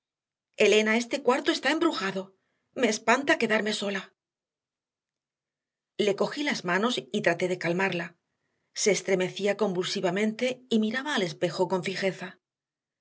elena este cuarto está embrujado me espanta quedarme sola le cogí las manos y traté de calmarla se estremecía convulsivamente y miraba al espejo con fijeza